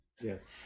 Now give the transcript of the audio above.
Yes